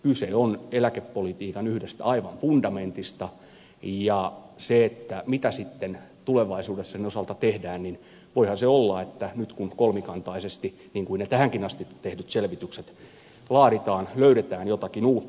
kyse on eläkepolitiikan yhdestä aivan fundamentista ja siitä mitä sitten tulevaisuudessa sen osalta tehdään voihan se olla että nyt kun kolmikantaisesti laaditaan niin kuin ne tähänkin asti tehdyt selvitykset löydetään jotakin uutta